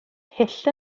hyll